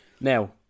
Now